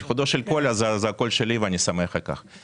על חודו של קול אז הקול שלי, ואני שמח על כך.